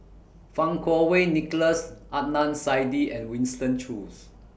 Fang Kuo Wei Nicholas Adnan Saidi and Winston Choos